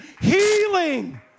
healing